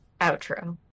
Outro